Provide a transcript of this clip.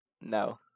No